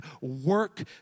work